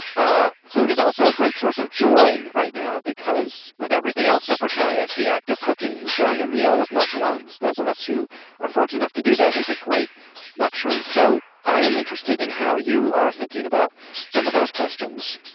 ah food is also a great source of joy right now because with everything else so precarious, the act of cooking and sharing a meal with loved ones. those of us who are fortunate enough to do that is a great luxury. so i am interested in how you are thinking about some of those questions